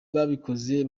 babikoze